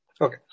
Okay